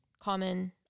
common